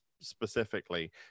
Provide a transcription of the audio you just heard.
specifically